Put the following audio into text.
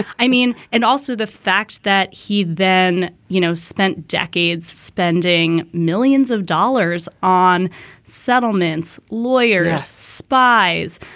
i mean, and also the fact that he then, you know, spent decades spending millions of dollars on settlements, lawyers, spies.